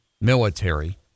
military